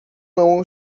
não